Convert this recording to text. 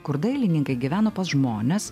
kur dailininkai gyveno pas žmones